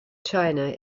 china